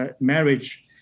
marriage